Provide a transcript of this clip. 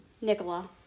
Nicola